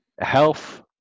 health